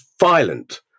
violent